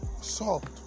soft